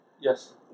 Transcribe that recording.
Yes